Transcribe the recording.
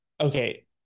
okay